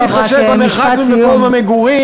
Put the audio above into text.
בלי להתחשב במרחק ממקום המגורים,